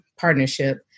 Partnership